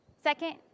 Second